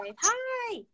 Hi